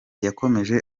yakomeje